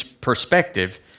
perspective